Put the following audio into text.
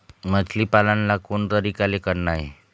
मछली पालन ला कोन तरीका ले करना ये?